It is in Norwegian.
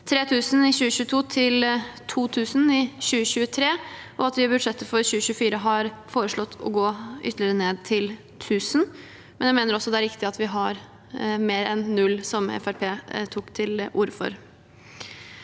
3 000 i 2022 til 2 000 i 2023, og at vi i budsjettet for 2024 har foreslått å gå ytterligere ned til 1 000. Jeg mener også det er riktig at vi har mer enn null, som Fremskrittspartiet